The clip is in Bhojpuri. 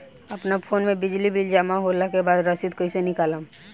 अपना फोन मे बिजली बिल जमा होला के बाद रसीद कैसे निकालम?